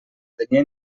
tenia